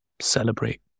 celebrate